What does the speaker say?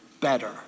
better